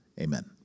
Amen